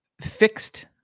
fixed